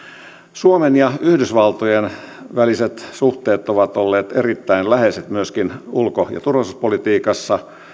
suomen ja yhdysvaltojen väliset suhteet ovat olleet erittäin läheiset myöskin ulko ja turvallisuuspolitiikassa